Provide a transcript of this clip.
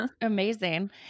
amazing